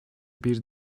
bir